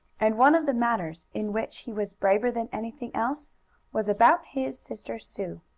and one of the matters in which he was braver than anything else was about his sister sue.